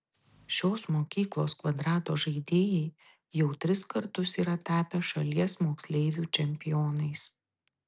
šios mokyklos kvadrato žaidėjai jau tris kartus yra tapę šalies moksleivių čempionais